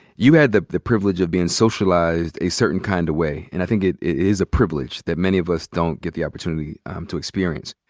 you had the the privilege of being socialized a certain kinda kind of way, and i think it is a privilege that many of us don't get the opportunity to experience.